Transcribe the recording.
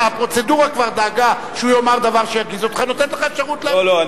בשביל זה נותנים לך, לא.